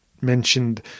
mentioned